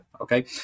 Okay